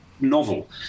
novel